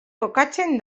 kokatzen